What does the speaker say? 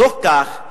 בתוך כך,